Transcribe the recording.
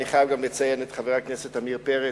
אני חייב גם לציין את חבר הכנסת עמיר פרץ,